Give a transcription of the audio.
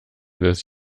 des